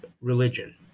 religion